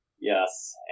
Yes